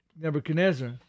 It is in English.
Nebuchadnezzar